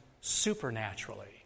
supernaturally